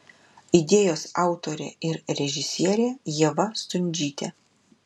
idėjos autorė ir režisierė ieva stundžytė